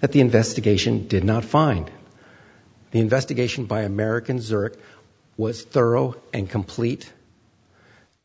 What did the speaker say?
that the investigation did not find the investigation by americans or it was thorough and complete